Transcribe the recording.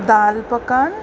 दालि पकवान